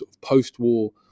post-war